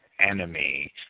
enemy